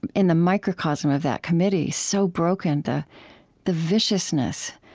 and in the microcosm of that committee, so broken the the viciousness,